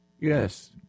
Yes